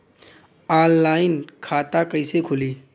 Online खाता कइसे खुली?